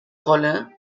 rolle